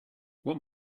what